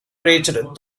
reached